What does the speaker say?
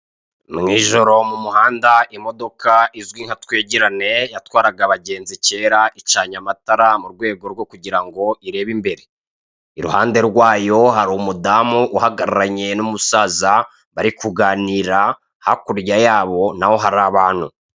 Mu ijoro mu muhanda imodoka izwi nka twegerane yatwaraga abagenzi kera icanye amatara mu rwego rwo kugira ngo irebe imbere, i ruhande rwayo hari umudamu uhagararanye n'umusaza bari kuganira, hakurya yabo naho hari abantu.